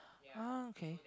ah okay